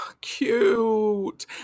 Cute